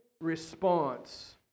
response